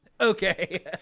Okay